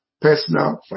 personal